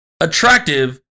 attractive